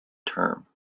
term